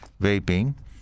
vaping